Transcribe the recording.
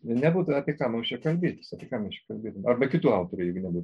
nebūtų apie ką mums čia kalbėtis apie ką mes čia kalbėtume arba kitų autorių nebūtų